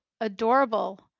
adorable